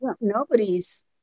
Nobody's